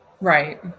right